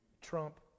trump